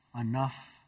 enough